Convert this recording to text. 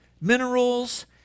minerals